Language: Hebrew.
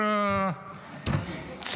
נצרים.